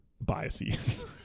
biases